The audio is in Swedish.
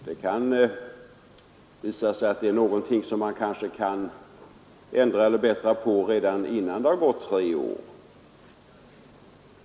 Det kan visa sig att man kanske kan göra ändringar eller förbättringar redan innan tre år har gått.